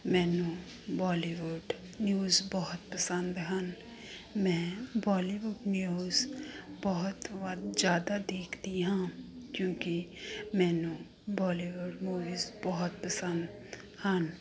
ਮੈਨੂੰ Bollywood news ਬਹੁਤ ਪਸੰਦ ਹਨ ਮੈਂ ਬੋਲੀਵੁੱਡ ਨਿਊਜ਼ ਬਹੁਤ ਵੱਧ ਜ਼ਿਆਦਾ ਦੇਖਦੀ ਹਾਂ ਕਿਉਂਕਿ ਮੈਨੂੰ ਬੋਲੀਵੁੱਡ ਮੂਵੀਜ਼ ਬਹੁਤ ਪਸੰਦ ਹਨ